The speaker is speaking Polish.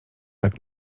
tak